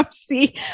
See